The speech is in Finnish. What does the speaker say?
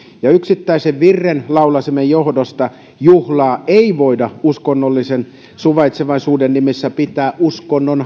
ja yksittäisen virren laulamisen johdosta juhlaa ei voida uskonnollisen suvaitsevaisuuden nimissä pitää uskonnon